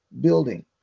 building